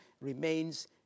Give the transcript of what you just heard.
remains